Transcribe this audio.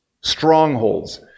strongholds